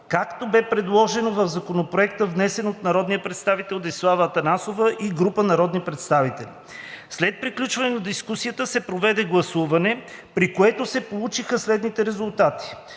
както бе предложено в Законопроекта, внесен от народния представител Десислава Атанасова и група народни представители. След приключване на дискусията се проведе гласуване, при което се получиха следните резултати: